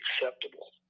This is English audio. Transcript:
acceptable